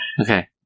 Okay